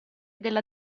della